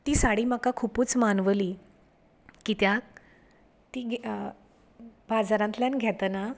ती साडी म्हाका खुबूच मानवली कित्याक ती बाजारांतल्यान घेतना